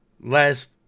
Last